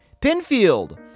Pinfield